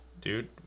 dude